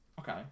Okay